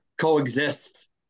coexist